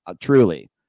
truly